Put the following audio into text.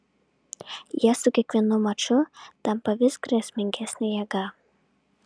jie su kiekvienu maču tampa vis grėsmingesne jėga